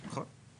נכון.